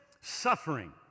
suffering